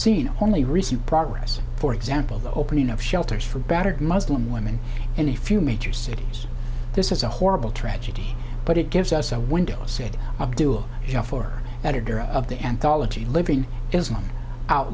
seen only recent progress for example the opening of shelters for battered muslim women in a few major cities this is a horrible tragedy but it gives us a window seat do you know for editor of the anthology living islam out